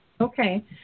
Okay